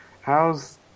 how's